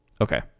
Okay